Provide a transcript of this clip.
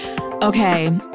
Okay